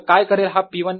तर काय करेल हा P1